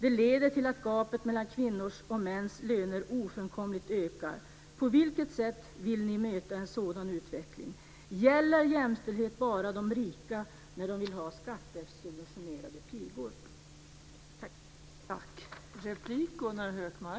Det leder till att gapet mellan kvinnors och mäns löner ofrånkomligt ökar. På vilket sätt vill ni möta en sådan utveckling? Gäller jämställdhet bara de rika när de vill ha skattesubventionerade pigor?